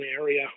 area